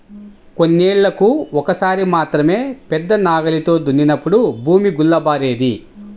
కొన్నేళ్ళకు ఒక్కసారి మాత్రమే పెద్ద నాగలితో దున్నినప్పుడు భూమి గుల్లబారేది